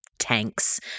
tanks